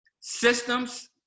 systems